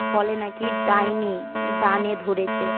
বলে নাকি ডাইনি ডানে ধরেছে